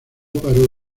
paró